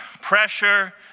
pressure